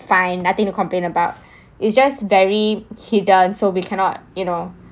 fine nothing to complain about it's just very hidden so we cannot you know